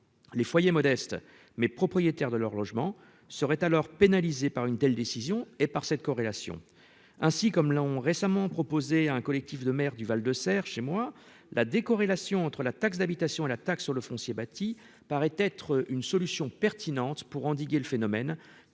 Les foyers modestes, mais propriétaires de leur logement, seraient alors pénalisés par une telle décision et par cette corrélation. Ainsi, comme l'a récemment proposé un collectif de maires du Val de Saire, la décorrélation entre la taxe d'habitation et la taxe sur le foncier bâti paraît être une solution pertinente pour endiguer le phénomène